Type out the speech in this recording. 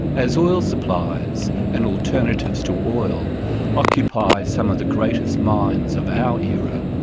as oil supplies and alternatives to oil occupy some of the greatest minds of our era,